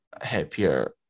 happier